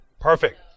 Perfect